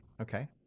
Okay